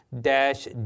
dash